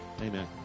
Amen